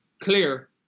clear